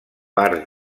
parts